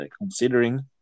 considering